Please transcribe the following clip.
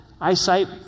eyesight